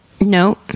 no